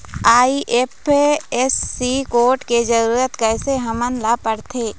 IFSC code के जरूरत कैसे हमन ला पड़थे?